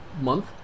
month